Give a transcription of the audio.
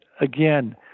again